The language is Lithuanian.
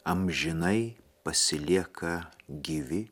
amžinai pasilieka gyvi